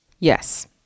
Yes